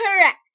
correct